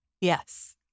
Yes